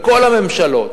בכל הממשלות,